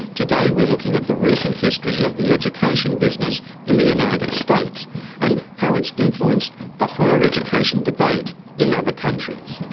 today we're looking at the recent history of the education business in the united states and how it's influenced the higher education debate in other countries.